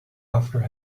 after